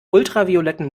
ultraviolettem